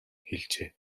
хэлжээ